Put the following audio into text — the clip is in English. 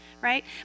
right